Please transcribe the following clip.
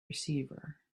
receiver